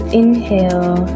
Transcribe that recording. inhale